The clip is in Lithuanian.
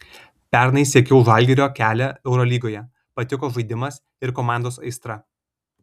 pernai sekiau žalgirio kelią eurolygoje patiko žaidimas ir komandos aistra